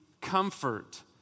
comfort